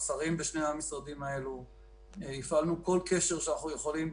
הפעלנו כל קשר שאנחנו יכולים,